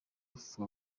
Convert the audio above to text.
gupfa